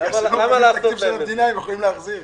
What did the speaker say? מהתקציב של המדינה הם יכולים להחזיר.